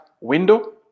window